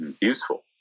useful